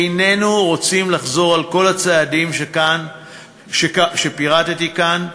איננו רוצים לחזור על כל הצעדים שפירטתי כאן,